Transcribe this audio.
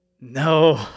no